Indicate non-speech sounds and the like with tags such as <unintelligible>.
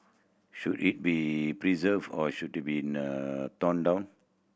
should it be preserved or should it be <unintelligible> torn down